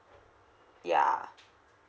ya